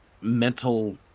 mental